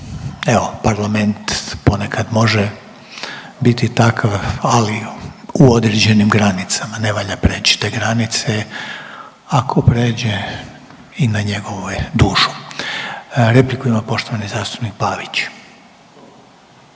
evo Parlament ponekad može biti takav ali u određenim granicama. Ne valja prijeći te granice. Ako prijeđe i na njegovu je dušu. Repliku ima poštovani zastupnik Pavić.